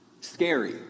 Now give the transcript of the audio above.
Scary